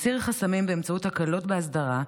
נסיר חסמים באמצעות הקלות באסדרה,